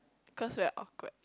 cause we are awkward